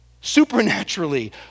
supernaturally